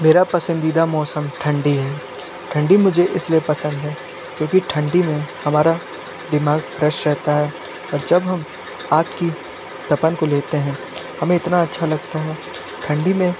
मेरा पसंदीदा मौसम ठंडी है ठंडी मुझे इसलिए पसंद है क्योंकि ठंडी मे हमारा दिमाग फ्रेश रहता है और जब हम आग की तपन को लेते है हमें इतना अच्छा लगता है ठंडी में